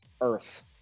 earth